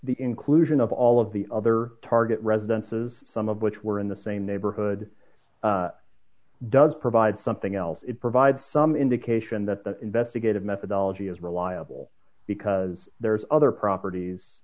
the inclusion of all of the other target residences some of which were in the same neighborhood does provide something else it provides some indication that the investigative methodology is reliable because there's other properties